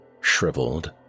shriveled